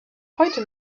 heute